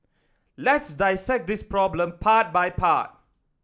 let's dissect this problem part by part